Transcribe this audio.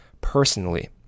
personally